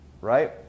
right